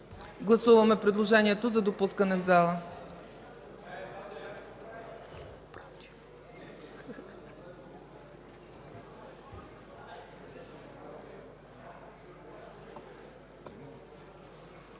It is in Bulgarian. гласувайте предложението за допускане в залата.